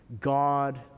God